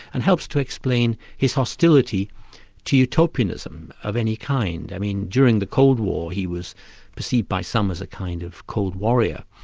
and helps to explain his hostility to utopianism of any kind. i mean during the cold war he was perceived by some as a kind of cold warrior,